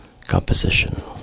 composition